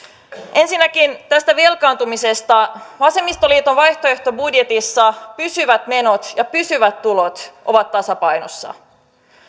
ensinnäkin tästä velkaantumisesta vasemmistoliiton vaihtoehtobudjetissa pysyvät menot ja pysyvät tulot ovat tasapainossa